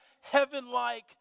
heaven-like